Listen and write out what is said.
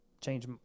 change